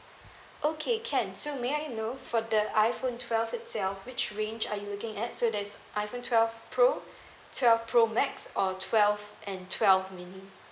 okay can so may I know for the iphone twelve itself which range are you looking at so there's iphone twelve pro twelve pro max or twelve and twelve mini